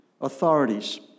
authorities